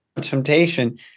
temptation